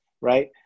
right